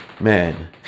man